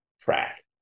track